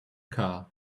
car